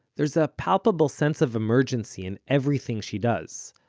there's a palpable sense of emergency in everything she does,